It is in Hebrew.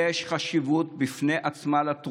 לתרומה לקהילה יש חשיבות בפני עצמה.